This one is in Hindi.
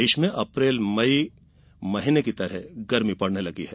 प्रदेश में अप्रैल मई महीने की तरह गर्मी पड़ने लगी है